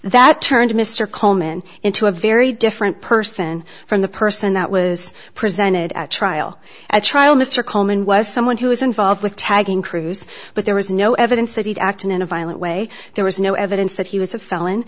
that turned mr coleman into a very different person from the person that was presented at trial at trial mr coleman was someone who was involved with tagging crews but there was no evidence that he acted in a violent way there was no evidence that he was a felon